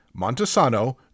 Montesano